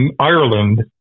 Ireland